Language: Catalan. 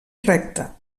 recta